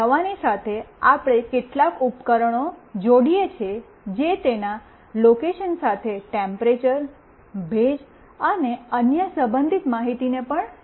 દવાની સાથે આપણે કેટલાક ઉપકરણ જોડીએ છીએ જે તેના લોકેશન સાથે ટેમ્પરેચર્ ભેજ અને અન્ય સંબંધિત માહિતીને પણ સેન્સ કરશે